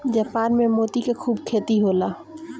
Japan में मोती के खूब खेती होला